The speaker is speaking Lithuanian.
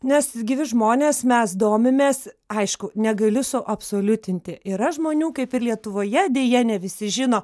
nes gyvi žmonės mes domimės aišku negaliu suabsoliutinti yra žmonių kaip ir lietuvoje deja ne visi žino